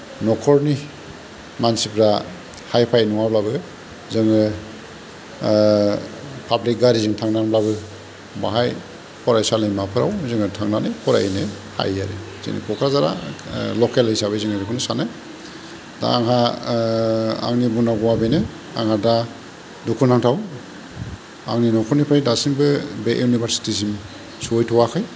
नखरनि मानसिफ्रा हाय फाय नङाब्लाबो जोङो पाब्लिक गारिजों थांनानैब्लाबो बाहाय फरायसालिमाफोराव जोङो थांनानै फरायनो हायो आरो जोंनि कक्राझारा लकेल हिसाबै जोङो बेखौ सानो दा आंहा आंनि बुंनांगौवा बेनो आंहा दा दुखुनांथाव आंनि नखरनिफ्राय दासिमबो बे इउनिभार्सितिसिम सहैथ'वाखौ